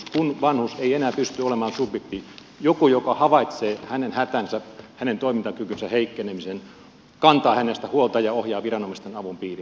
kun vanhus ei enää pysty olemaan subjekti joku joka havaitsee hänen hätänsä hänen toimintakykynsä heikkenemisen kantaa hänestä huolta ja ohjaa viranomaisten avun piiriin